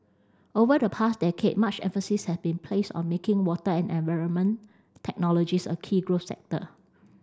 over the past decade much emphasis has been placed on making water and environment technologies a key growth sector